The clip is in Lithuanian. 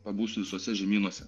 pabūsiu visuose žemynuose